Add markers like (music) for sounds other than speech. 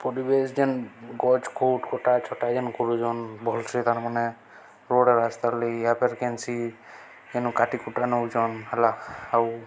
ପରିବେଶ ଯେନ୍ ଗ୍ କୁଟ କୋଟା ଛଟା ଯେନ୍ କରୁଚନ୍ ଭଲ ସେ ତା'ର୍ ମାନେ ରୋଡ଼େ ରାସ୍ତା (unintelligible) ଯେନୁ କାଟି କୁଟା ନଉଚନ୍ ହେଲା ଆଉ